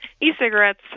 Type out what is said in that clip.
e-cigarettes